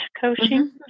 coaching